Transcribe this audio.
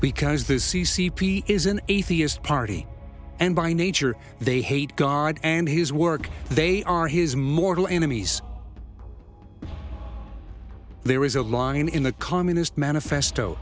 because the c c p is an atheist party and by nature they hate god and his work they are his mortal enemies there is a line in the communist manifesto